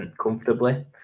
comfortably